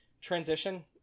transition